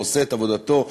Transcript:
ועושה את עבודתו,